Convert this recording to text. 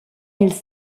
ils